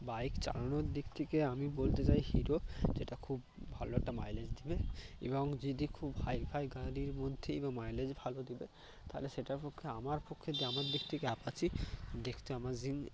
bike চালানোর দিক থেকে আমি বলতে চাই হিরো যেটা খুব ভালো একটা মাইলেজ দেবে এবং যদি খুব হাইফাই গাড়ির মধ্যেই বা মাইলেজ ভালো দেবে তাহলে সেটার পক্ষে আমার পক্ষে যে আমার দিক থেকে অ্যাপাচি দেখতে অ্যামেজিং